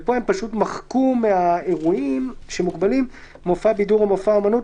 כאן הם מחקו מהאירועים שמוגבלים "מופע בידור או מופע אמנות,